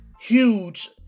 huge